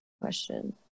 question